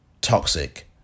toxic